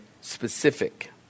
specific